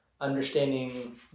understanding